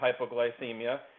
hypoglycemia